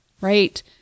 right